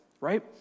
right